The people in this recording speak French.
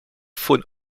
faune